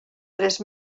tres